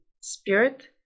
spirit